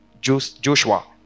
Joshua